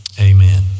Amen